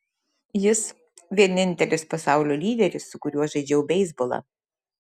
jis vienintelis pasaulio lyderis su kuriuo žaidžiau beisbolą